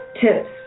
Tips